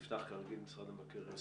נפתח כרגיל עם משרד מבקר המדינה.